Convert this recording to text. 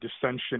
dissension